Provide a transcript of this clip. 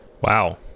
Wow